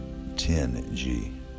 10G